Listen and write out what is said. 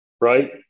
right